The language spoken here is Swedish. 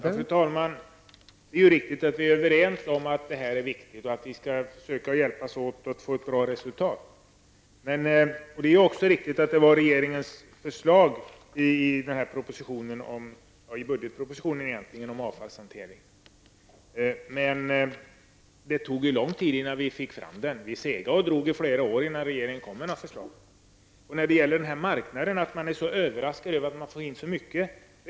Fru talman! Det är riktigt, Birgitta Dahl, att vi är överens om att detta är viktigt och att vi skall försöka hjälpas åt att få ett bra resultat. Det är också riktigt att regeringen hade ett förslag om avfallshantering i budgetpropositionen, men det tog lång tid innan ni fick fram det. Ni segdrog i flera år innan det kom något förslag. Miljöministern påpekar att man på marknaden är överraskad över att få in så mycket returpapper.